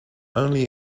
only